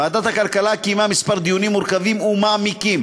ועדת הכלכלה קיימה כמה דיונים מורכבים ומעמיקים,